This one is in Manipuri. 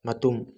ꯃꯇꯨꯝ